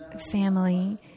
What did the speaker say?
family